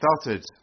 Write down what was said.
started